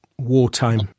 wartime